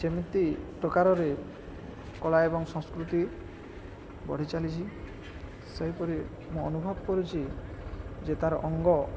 ଯେମିତି ପ୍ରକାରରେ କଳା ଏବଂ ସଂସ୍କୃତି ବଢ଼ି ଚାଲିଛି ସେହିପରି ମୁଁ ଅନୁଭବ କରୁଛି ଯେ ତା'ର ଅଙ୍ଗ